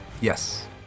Yes